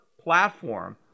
platform